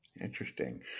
Interesting